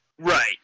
Right